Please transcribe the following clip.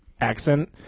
accent